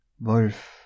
Wolf